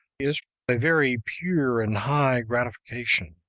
is a very pure and high gratification.